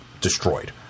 destroyed